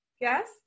Yes